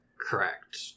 Correct